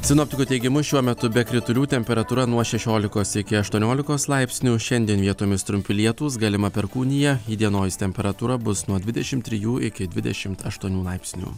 sinoptikų teigimu šiuo metu be kritulių temperatūra nuo šešiolikos iki aštuoniolikos laipsnių šiandien vietomis trumpi lietūs galima perkūnija įdienojus temperatūra bus nuo dvidešim trijų iki dvidešim aštuonių laipsnių